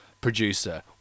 producer